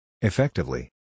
Effectively